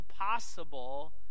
impossible